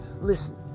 listen